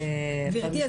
גברתי,